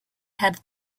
had